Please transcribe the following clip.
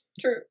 True